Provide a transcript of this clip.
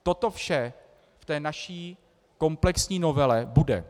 Toto vše v té naší komplexní novele bude.